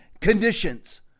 conditions